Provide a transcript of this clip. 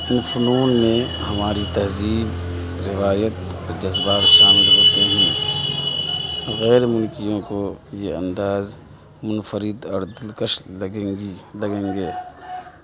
ان فنون میں ہماری تہذیب روایت جذبات شامل ہوتے ہیں غیر ملکیوں کو یہ انداز منفرد اور دلکش لگیں گی لگیں گی